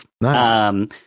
Nice